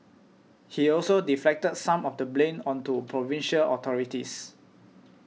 he also deflected some of the blame onto provincial authorities